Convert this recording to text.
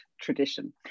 tradition